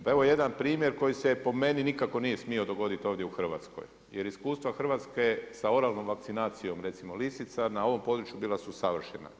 Pa evo jedan primjer koji se po meni nikako nije smio dogoditi ovdje u Hrvatskoj, jer iskustva Hrvatske sa oralnom vakcinacijom, recimo lisica na ovom području bila su savršena.